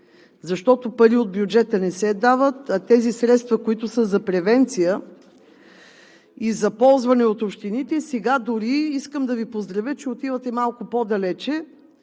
защото пари от бюджета не се дават, а тези средства, които са за превенция и за ползване от общините – сега дори искам да Ви поздравя, че отивате малко по-далече